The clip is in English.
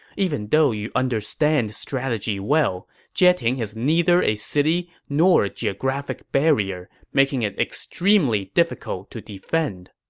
even though you understand strategy well, jieting has neither a city nor a geographic barrier, making it extremely difficult to defend.